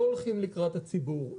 לא הולכים לקראת הציבור,